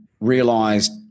realised